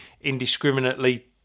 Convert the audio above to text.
indiscriminately